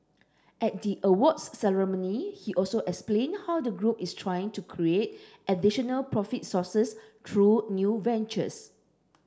at the awards ceremony he also explained how the group is trying to create additional profit sources through new ventures